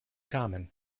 common